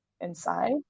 inside